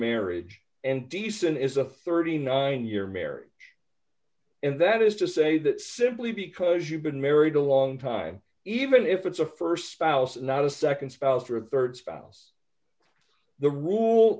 marriage and decent as a thirty nine year marriage and that is to say that simply because you've been married a long time even if it's a st spouse not a nd spouse or a rd spouse the rule